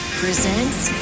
presents